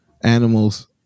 animals